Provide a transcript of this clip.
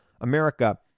America